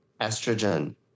estrogen